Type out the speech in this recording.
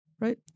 right